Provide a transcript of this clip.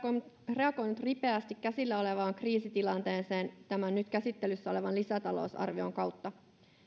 reagoinut ripeästi käsillä olevaan kriisitilanteeseen tämän nyt käsittelyssä olevan lisätalousarvion kautta